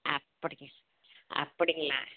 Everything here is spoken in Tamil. அப்படி அப்படிங்களா